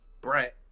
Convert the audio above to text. brat